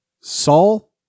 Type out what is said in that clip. Saul